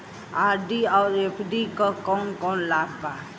RD और FD क कौन कौन लाभ बा?